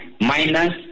minus